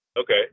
Okay